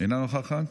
אינה נוכחת.